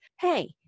Hey